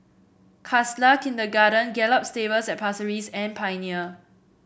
Khalsa Kindergarten Gallop Stables at Pasir Ris and Pioneer